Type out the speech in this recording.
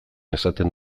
esaten